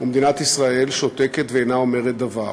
מדינת ישראל שותקת ואינה אומרת דבר.